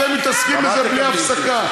אתם מתעסקים בזה בלי הפסקה.